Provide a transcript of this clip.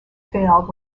failed